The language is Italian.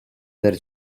per